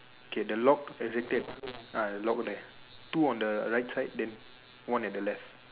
okay the lock has a tape ah lock there two on the right side and one on the left